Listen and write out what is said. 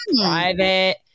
private